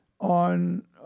on